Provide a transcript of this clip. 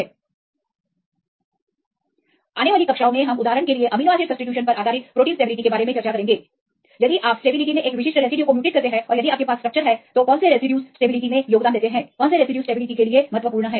निम्नलिखित कक्षाओं में हम उदाहरण के लिए अमीनो एसिड सब्स्टिटूशन पर आधारित प्रोटीन की स्टेबिलिटी के बारे में चर्चा करेंगे यदि आप स्टेबिलिटी में एक विशिष्ट रेसिड्यू को उत्परिवर्तित करते हैं और यदि आपके पास स्ट्रक्चर है कौनसे रेसिड्यूज जो स्टेबिलिटी में योगदान करते हैं कौनसे रेसिड्यूज स्टेबिलिटी के लिए महत्वपूर्ण है